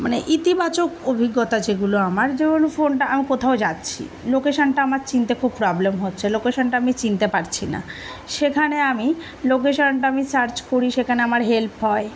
মানে ইতিবাচক অভিজ্ঞতা যেগুলো আমার যেমন ফোনটা আমি কোথাও যাচ্ছি লোকেশানটা আমার চিনতে খুব প্রবলেম হচ্ছে লোকেশানটা আমি চিনতে পারছি না সেখানে আমি লোকেশানটা আমি সার্চ করি সেখানে আমার হেল্প হয়